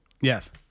Yes